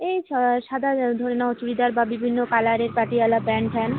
এই সাদা ধরে নাও চুড়িদার বা বিভিন্ন কালারের পাতিয়ালা প্যান্ট ফ্যান্ট